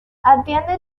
atiende